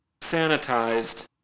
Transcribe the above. sanitized